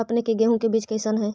अपने के गेहूं के बीज कैसन है?